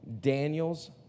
Daniel's